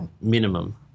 minimum